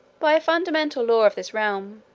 by a fundamental law of this realm,